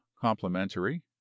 complimentary